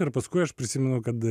ir paskui aš prisimenu kad